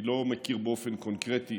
אני לא מכיר באופן קונקרטי